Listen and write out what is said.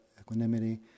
equanimity